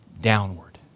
downward